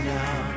now